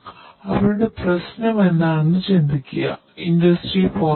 അതിനാൽ അവരുടെ പ്രശ്നം എന്താണെന്ന് ചിന്തിക്കുക ഇൻഡസ്ട്രി 4